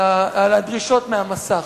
על הדרישות מהמסך.